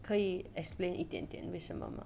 可以 explained 一点点为什么吗